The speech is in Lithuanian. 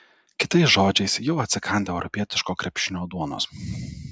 kitais žodžiais jau atsikandę europietiško krepšinio duonos